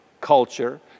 culture